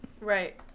Right